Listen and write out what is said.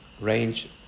range